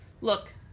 Look